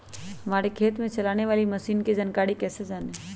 हमारे खेत में चलाने वाली मशीन की जानकारी कैसे जाने?